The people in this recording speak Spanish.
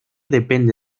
depende